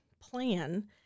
plan